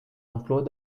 emplois